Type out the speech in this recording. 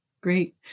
Great